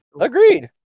Agreed